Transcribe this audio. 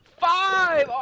Five